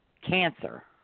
cancer